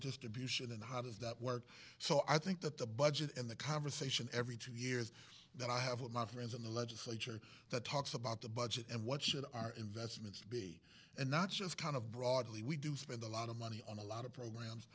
distribution and how does that work so i think that the budget and the conversation every two years that i have with my friends in the legislature that talks about the budget and what should our investments be and not just kind of broadly we do spend a lot of money on a lot of programs